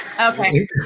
Okay